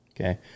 okay